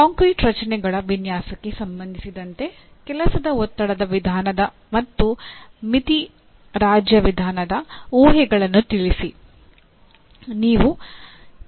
concrete ರಚನೆಗಳ ವಿನ್ಯಾಸಕ್ಕೆ ಸಂಬಂಧಿಸಿದಂತೆ ಕೆಲಸದ ಒತ್ತಡದ ವಿಧಾನದ ಮತ್ತು ಮಿತಿ ರಾಜ್ಯ ವಿಧಾನದ ಊಹೆಗಳನ್ನು ತಿಳಿಸಿ